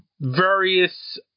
various